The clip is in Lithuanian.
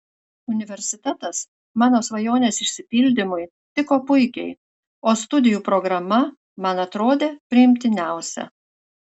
universitetas mano svajonės išsipildymui tiko puikiai o studijų programa man atrodė priimtiniausia